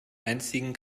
einzigen